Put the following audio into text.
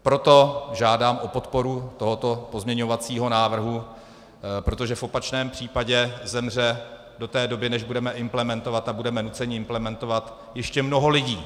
Proto žádám o podporu tohoto pozměňovacího návrhu, protože v opačném případě zemře do té doby, než budeme implementovat, a budeme nuceni implementovat, ještě mnoho lidí.